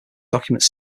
document